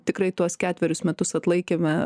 tikrai tuos ketverius metus atlaikėme